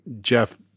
Jeff